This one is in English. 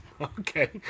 okay